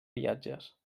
viatges